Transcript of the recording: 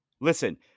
Listen